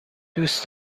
دوست